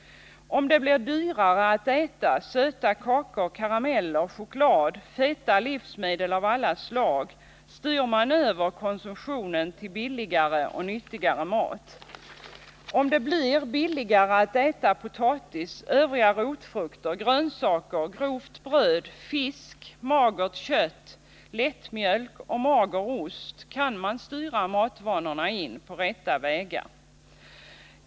Om det blir dyrare att äta söta kakor, karameller, choklad, feta livsmedel av alla slag styr man över konsumtionen till billigare och nyttigare mat. Blir det billigare att äta potatis, övriga rotfrukter, grönsaker, grovt bröd, fisk, magert kött, lättmjölk och mager ost kan man styra matvanorna in på rätta vägar.